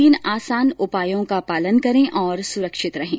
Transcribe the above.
तीन आसान उपायों का पालन करें और सुरक्षित रहें